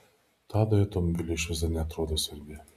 tadui automobilio išvaizda neatrodo svarbi